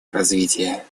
развития